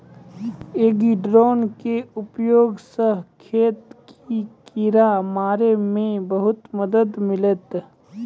agri drone के उपयोग स खेत कॅ किड़ा मारे मॅ बहुते मदद मिलतै